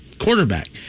quarterback